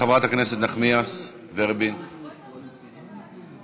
חברת הכנסת נחמיאס ורבין, בבקשה.